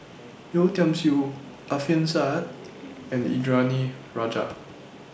Yeo Tiam Siew Alfian Sa'at and Indranee Rajah